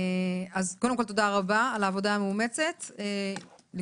אז קודם כל, תודה רבה על העבודה המאומצת, לכולכם.